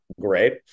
great